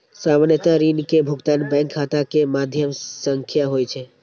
सामान्यतः ऋण के भुगतान बैंक खाता के माध्यम सं होइ छै